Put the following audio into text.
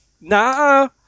nah